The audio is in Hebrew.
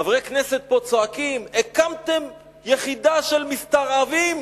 חברי כנסת פה צועקים: הקמתם יחידה של מסתערבים